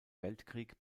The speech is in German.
weltkrieg